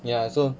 ya so